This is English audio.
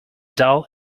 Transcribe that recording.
dull